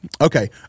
okay